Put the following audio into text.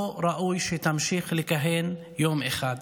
לא ראוי שתמשיך לכהן יום אחד.